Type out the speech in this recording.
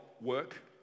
work